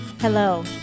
Hello